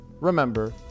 remember